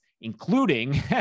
including